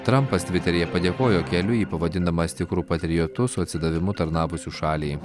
trampas tviteryje padėkojo keliui jį pavadindamas tikru patriotu su atsidavimu tarnavusiu šaliai